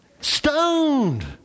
stoned